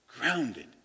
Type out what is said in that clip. Grounded